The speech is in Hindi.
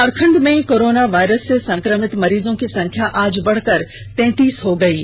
झारखण्ड में कोरोना वायरस से संक्रमित मरीजों की संख्या आज बढ़कर तैंतीस हो गई है